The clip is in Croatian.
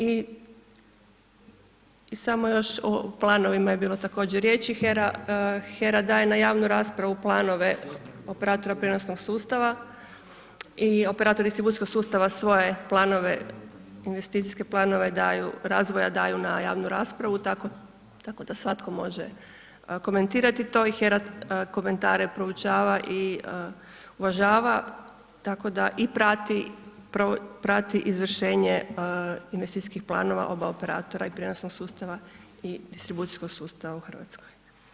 I samo još o planovima je također bilo riječi, HERA daje, HERA daje na javnu raspravu planove operatoru prijenosnog sustava i operator distribucijskog sustava svoje planove, investicijske planove daju, razvoja daju na javnu raspravu tako da svatko može komentirati to i HERA komentare proučava i uvažava i prati, prati izvršenje investicijskih planova oba operatora i prijenosnog sustava i distribucijskog sustava u Hrvatskoj.